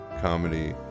Comedy